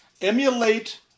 Emulate